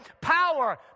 power